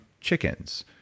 chickens